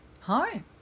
Hi